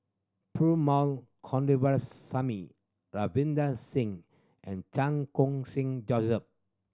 Perumal Ravinder Singh and Chan Khun Sing